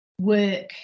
work